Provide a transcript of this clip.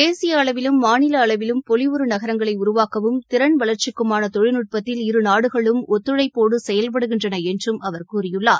தேசிய அளவிலும் மாநில அளவிலும் பொலிவுறு நகரங்களை உருவாக்கவும் திறன் வளர்ச்சிக்குமான தொழில்நுட்பத்தில் இரு நாடுகளும் ஒத்துழைப்போடு செயல்படுகின்றன என்றும் அவர் கூறியுள்ளார்